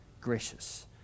gracious